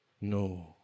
No